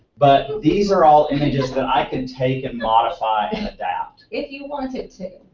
but these are all images that i can take and modify and adapt. if you wanted to.